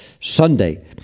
Sunday